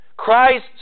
Christ